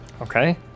Okay